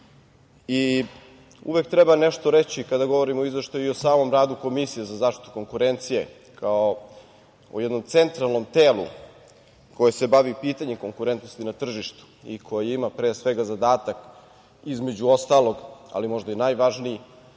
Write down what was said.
i uvek treba nešto reći kada govorimo o Izveštaju i osamom radu Komisije za zaštitu konkurencije kao o jednom centralnom telu koje se bavi pitanjem konkurentnosti na tržištu i koji ima pre svega zadatak između ostalog ali možda i najvažniji,